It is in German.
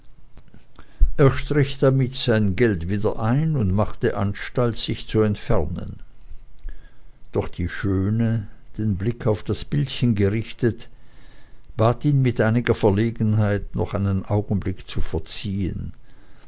strich hiemit sein geld wieder ein und machte anstalt sich zu entfernen doch die schöne den blick auf das bildchen gerichtet bat ihn mit einiger verlegenheit noch einen augenblick zu verziehen